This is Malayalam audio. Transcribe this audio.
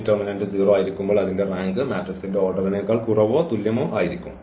ഡിറ്റർമിനന്റ് 0 ആയിരിക്കുമ്പോൾ അതിൻറെ റാങ്ക് മാട്രിക്സിന്റെ ഓർഡറിനേക്കാൾ കുറവോ തുല്യമോ ആയിരിക്കും